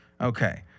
Okay